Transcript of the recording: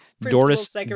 Doris